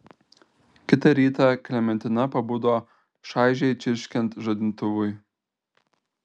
kitą rytą klementina pabudo šaižiai čirškiant žadintuvui